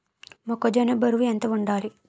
మొక్కొ బరువు ఎంత వుండాలి?